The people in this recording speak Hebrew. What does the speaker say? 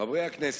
חברי הכנסת,